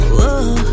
Whoa